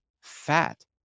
fat